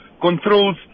controls